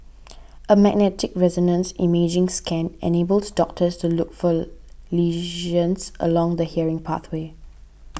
a magnetic resonance imaging scan enables doctors to look for lesions along the hearing pathway